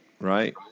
Right